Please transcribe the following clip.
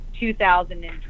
2020